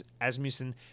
Asmussen